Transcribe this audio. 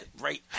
right